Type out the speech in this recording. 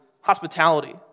hospitality